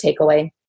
takeaway